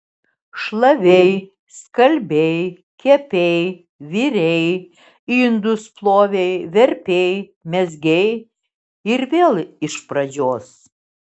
šlavei skalbei kepei virei indus plovei verpei mezgei ir vėl iš pražios